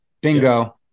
Bingo